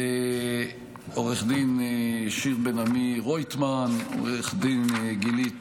לעו"ד שיר בן עמי רויטמן, לעו"ד גילית